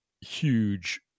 huge